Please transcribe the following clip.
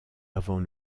avant